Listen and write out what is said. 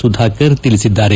ಸುಧಾಕರ್ ತಿಳಿಸಿದ್ದಾರೆ